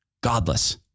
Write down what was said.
godless